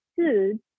foods